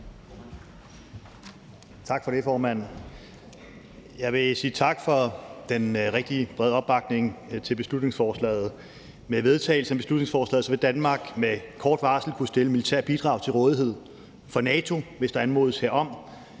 Tak for det, formand. Jeg vil sige tak for den rigtig brede opbakning til beslutningsforslaget. Med vedtagelsen af beslutningsforslaget vil Danmark med kort varsel kunne stille militære bidrag til rådighed for NATO, hvis der anmodes herom.